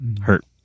Hurt